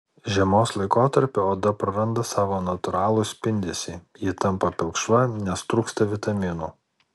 žiemos laikotarpiu oda praranda savo natūralų spindesį ji tampa pilkšva nes trūksta vitaminų